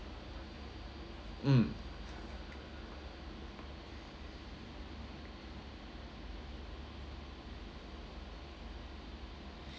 mm